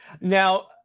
Now